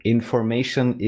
Information